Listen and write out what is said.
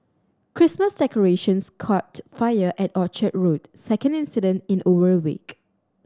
Christmas decorations caught fire at Orchard Road second incident in over a week